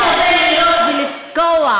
הוא מתכוון לירות ולפגוע,